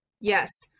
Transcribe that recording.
Yes